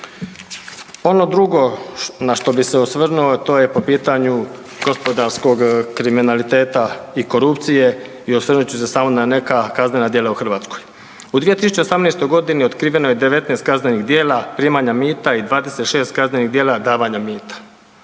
Ono drugo na što bi se osvrnuo to je po pitanju gospodarskog kriminaliteta i korupcije i osvrnut ću se samo na neka kaznena djela u Hrvatskoj. U 2018. godini otkriveno je 19 kaznenih djela primanja mira i 26 kaznenih djela davanja mita.